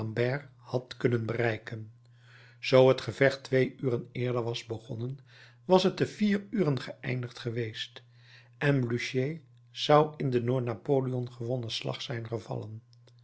had kunnen bereiken zoo het gevecht twee uren eerder was begonnen was het te vier uren geëindigd geweest en blücher zou in den door napoleon gewonnen slag zijn gevallen